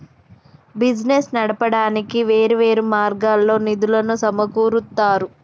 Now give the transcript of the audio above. business నడపడానికి వేర్వేరు మార్గాల్లో నిధులను సమకూరుత్తారు